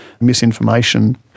misinformation